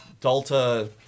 Delta